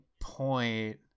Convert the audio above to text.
point